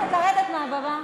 אני מבקשת לרדת מהבמה.